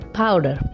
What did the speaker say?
powder